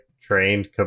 trained